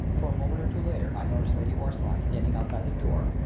for a moment or two later i noticed lady orstline standing outside the door,